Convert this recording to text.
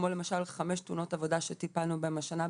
כמו למשל חמש תאונות עבודה שטיפלנו בהם השנה,